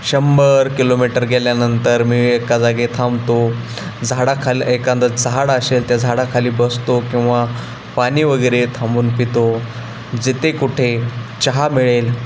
शंभर किलोमीटर गेल्यानंतर मी एका जागी थांबतो झाडाखाली एखादं झाडं असेल त्या झाडाखाली बसतो किंवा पाणी वगैरे थांबून पितो जिथे कुठे चहा मिळेल